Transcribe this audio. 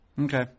Okay